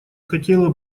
хотела